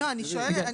אני שואלת.